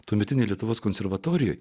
tuometinėje lietuvos konservatorijoje